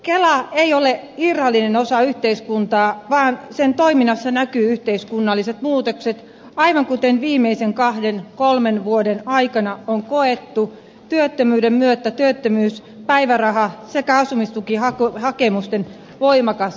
kela ei ole irrallinen osa yhteiskuntaa vaan sen toiminnassa näkyvät yhteiskunnalliset muutokset aivan kuten viimeisten kahden kolmen vuoden aikana on koettu työttömyyden myötä työttömyyspäiväraha sekä asumistukihakemusten voimakas lisääntyminen